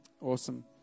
Awesome